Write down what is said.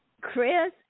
Chris